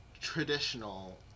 traditional